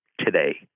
today